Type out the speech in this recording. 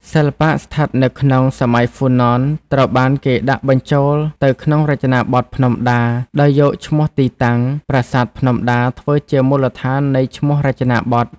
សិល្បៈស្ថិតនៅក្នុង សម័យហ៊្វូណនត្រូវបានគេដាក់បញ្ចូលទៅក្នុងចេនាបថភ្នំដាដោយយកឈ្មោះទីតាំង ប្រាសាទភ្នំដាធ្វើជាមូលដ្ឋាននៃឈ្មោះរចនាបថ។